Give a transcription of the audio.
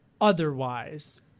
otherwise